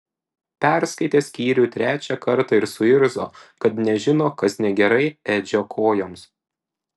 perskaitė skyrių trečią kartą ir suirzo kad nežino kas negerai edžio kojoms